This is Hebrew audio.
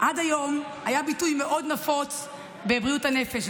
עד היום היה ביטוי מאוד נפוץ בבריאות הנפש,